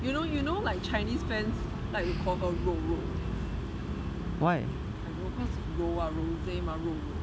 you know you know like chinese fans like to call her 肉肉 I don't know cause 柔 [what] rose mah 肉肉